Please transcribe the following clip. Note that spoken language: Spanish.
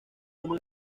uno